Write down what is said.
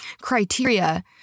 criteria